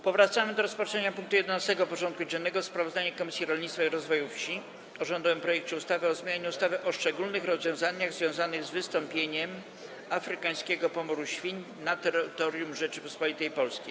Powracamy do rozpatrzenia punktu 11. porządku dziennego: Sprawozdanie Komisji Rolnictwa i Rozwoju Wsi o rządowym projekcie ustawy o zmianie ustawy o szczególnych rozwiązaniach związanych z wystąpieniem afrykańskiego pomoru świń na terytorium Rzeczypospolitej Polskiej.